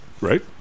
right